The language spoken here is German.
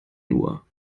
nur